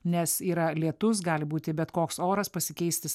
nes yra lietus gali būti bet koks oras pasikeisti